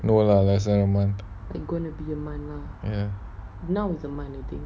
no lah less than a month ya